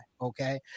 Okay